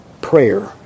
prayer